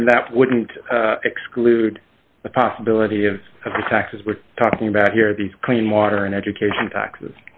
then that wouldn't exclude the possibility of taxes we're talking about here these clean water and education taxes